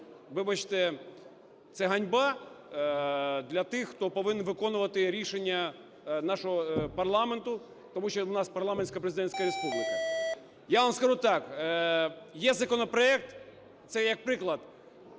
вибачте, це ганьба для тих, хто повинен виконувати рішення нашого парламенту, тому що в нас парламентсько-президентська республіка. Я вам скажу так, є законопроект, це як приклад,